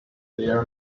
their